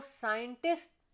scientists